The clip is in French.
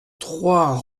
trois